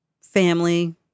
Family